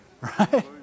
Right